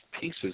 pieces